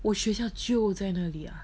我学校就在那里 ah